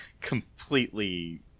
completely